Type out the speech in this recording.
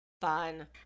Fun